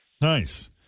Nice